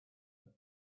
are